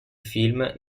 film